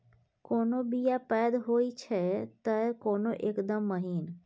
कोनो बीया पैघ होई छै तए कोनो एकदम महीन